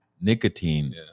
nicotine